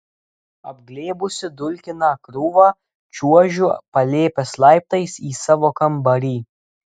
apglėbusi dulkiną krūvą čiuožiu palėpės laiptais į savo kambarį